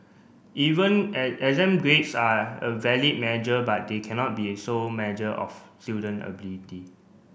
even exam grades are a valid measure but they cannot be sole measure of student ability